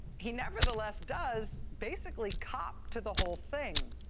he nevertheless does basically cop to the whole thing,